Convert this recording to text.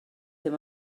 ddim